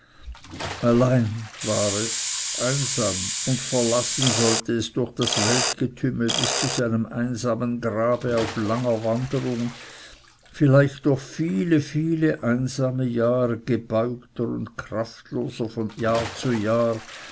allein war es einsam und verlassen sollte es durch das weltgetümmel bis zu seinem einsamen grabe auf langer wanderung vielleicht durch viele viele einsame jahre gebeugter mut kraftloser von jahr zu jahr